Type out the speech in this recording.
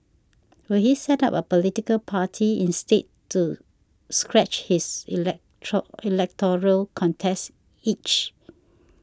will he set up a political party instead to scratch his electoral contest itch